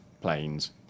planes